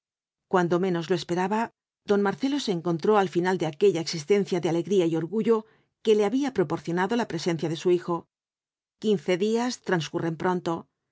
cuando menos lo esperaba don marcelo se encontró al final de aquella existencia de alegría y orgullo que le había proporcionado la presencia de su hijo quince días transcurren pronto